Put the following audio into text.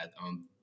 on